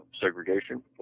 segregation